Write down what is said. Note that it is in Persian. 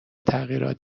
تغییرهایی